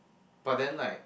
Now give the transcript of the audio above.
but then like